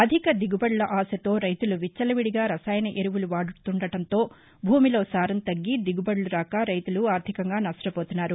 అధిక దిగుబడుల ఆశతో రైతులు విచ్చలవిడిగా రసాయన ఎరువులు వాడుతుండటంతో భూమిలో సారం తగ్గి దిగుబడులు రాక రైతులు ఆర్ధికంగా నష్ణపోతున్నారు